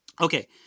Okay